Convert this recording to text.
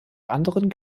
anderen